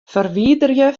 ferwiderje